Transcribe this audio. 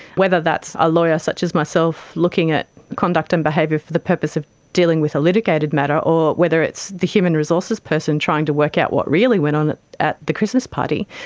whether that's a lawyer such as myself looking at conduct and behaviour for the purpose of dealing with a litigated matter or whether it's the human resources person trying to work out what really went on at at the christmas party,